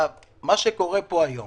מה שקורה פה היום